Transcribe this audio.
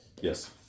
Yes